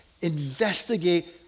investigate